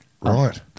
Right